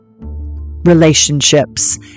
relationships